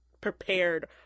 prepared